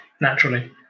naturally